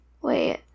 wait